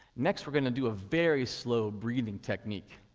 next, we're going to do a very slow breathing technique.